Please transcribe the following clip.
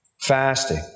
Fasting